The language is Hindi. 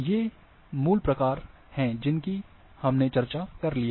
ये मूल प्रकार हैं जिनकी हमने पहले ही चर्चा कर ली है